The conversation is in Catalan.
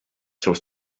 seus